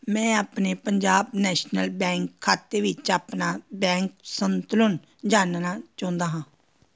ਮੈਂ ਆਪਣੇ Punjab National Bank ਖਾਤੇ ਵਿੱਚ ਆਪਣਾ ਬੈਂਕ ਸੰਤੁਲਨ ਜਾਣਨਾ ਚਾਹੁੰਦਾ ਹਾਂ